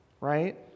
Right